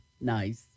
Nice